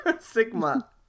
Sigma